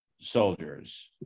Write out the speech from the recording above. soldiers